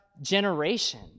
generation